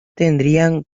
tendrían